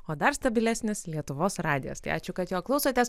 o dar stabilesnis lietuvos radijas tai ačiū kad jo klausotės